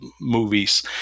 movies